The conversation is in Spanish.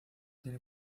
tiene